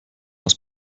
aus